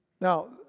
Now